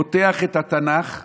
פותח את התנ"ך ואומר: